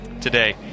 today